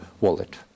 wallet